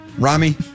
Rami